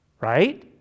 right